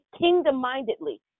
kingdom-mindedly